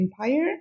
empire